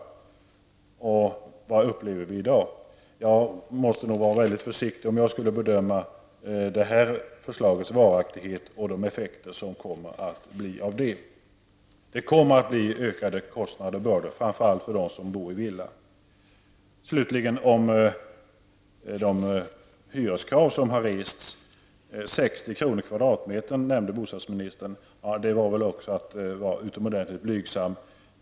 Vad upplever vi i dag? Jag måste vara försiktig om jag skall bedöma detta förslags varaktighet och de effekter som kommer att bli av det. Det kommer att bli ökade kostnader, framför allt för dem som bor i villa. Slutligen har vi de hyreskrav som har rests. Det var väl att vara utomordentligt blygsam.